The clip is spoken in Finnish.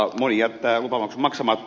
moni jättää lupamaksun maksamatta